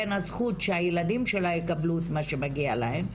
בין הזכות שהילדים שלה יקבלו את מה שמגיע להם,